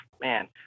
man